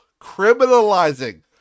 criminalizing